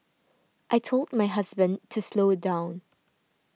I told my husband to slow down